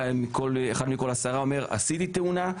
אחד מכל עשרה אומר: עשיתי תאונה.